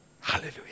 Hallelujah